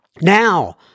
Now